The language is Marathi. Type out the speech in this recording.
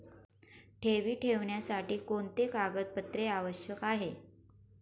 ठेवी ठेवण्यासाठी कोणते कागदपत्रे आवश्यक आहे?